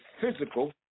physical